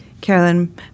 Carolyn